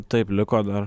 taip liko dar